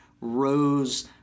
rose